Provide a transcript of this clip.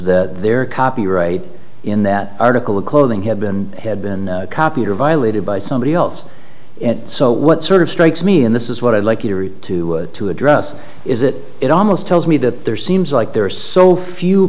that their copyright in that article of clothing had been had been copied or violated by somebody else so what sort of strikes me and this is what i'd like you to to address is that it almost tells me that there seems like there are so few